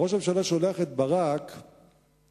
ראש הממשלה שולח את ברק לארצות-הברית,